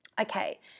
Okay